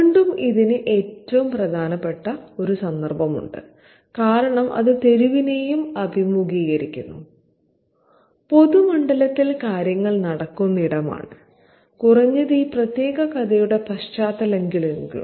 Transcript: വീണ്ടും ഇതിന് ഏറ്റവും പ്രധാനപ്പെട്ട സന്ദർഭമുണ്ട് കാരണം അത് തെരുവിനെയും അഭിമുഖീകരിക്കുന്നു പൊതുമണ്ഡലത്തിൽ കാര്യങ്ങൾ നടക്കുന്നിടമാണ് കുറഞ്ഞത് ഈ പ്രത്യേക കഥയുടെ പശ്ചാത്തലത്തിലെങ്കിലും